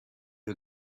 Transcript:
you